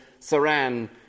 Saran